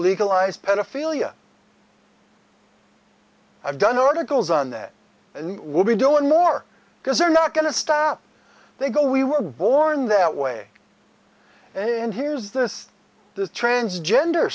legalize pedophilia i've done articles on that and will be doing more because they're not going to stop they go we were born that way and here's this transgender